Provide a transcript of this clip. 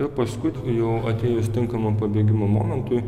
ir paskui jau atėjus tinkamam pabėgimo momentui